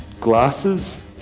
glasses